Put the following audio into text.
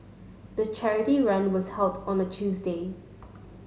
the charity run was held on a Tuesday